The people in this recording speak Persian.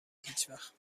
هیچوقت